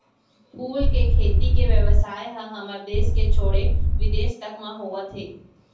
फूल के खेती के बेवसाय ह हमर देस के छोड़े बिदेस तक म होवत हे